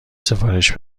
سفارش